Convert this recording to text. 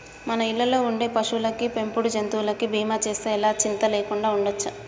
మన ఇళ్ళల్లో ఉండే పశువులకి, పెంపుడు జంతువులకి బీమా చేస్తే ఎలా చింతా లేకుండా ఉండచ్చు